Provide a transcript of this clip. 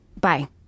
Bye